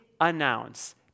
announce